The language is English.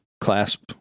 clasp